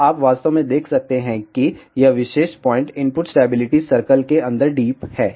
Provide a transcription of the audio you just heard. तो आप वास्तव में देख सकते हैं कि यह विशेष पॉइंट इनपुट स्टैबिलिटी सर्कल के अंदर डीप है